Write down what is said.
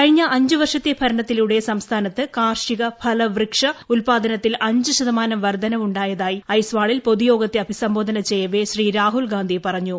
കഴിഞ്ഞ അഞ്ച് വർഷത്തെ ഭരണത്തിലൂടെ സംസ്ഥാനത്ത് കാർഷിക ഫലവൃക്ഷ ഉൽപാദനത്തിൽ അഞ്ച് ശതമാനം വർദ്ധനവ് ഉണ്ടായതായി ഐസ്വാളിൽ പൊതുയോഗത്തെ അഭിസംബോധന ചെയ്യവെ ശ്രീ രാഹുൽഗാന്ധി പറഞ്ഞു